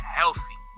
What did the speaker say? healthy